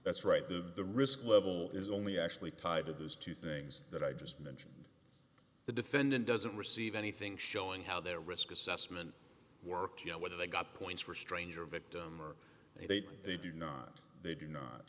that's right the the risk level is only actually tied to those two things that i just mentioned the defendant doesn't receive anything showing how their risk assessment worked yet whether they got points for stranger victim or they didn't they do not they